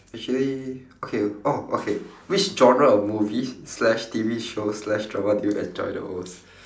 actually okay oh okay which genre of movies slash T_V shows slash drama do you enjoy the most